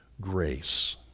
grace